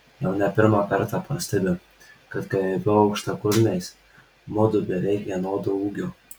jau ne pirmą kartą pastebiu kad kai aviu aukštakulniais mudu beveik vienodo ūgio